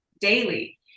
daily